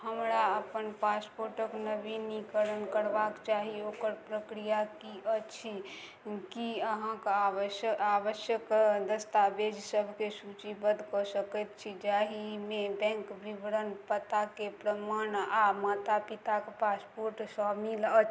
हमरा अपन पासपोर्टक नवीनीकरण करबाक चाही ओकर प्रक्रिआ की अछि की अहाँ कऽ आवश्यक दस्तावेज सभके सूचीबद्ध कऽ सकैत छी जाहिमे बैंक विवरण पताके प्रमाण आ माता पिताक पासपोर्ट शामिल अछि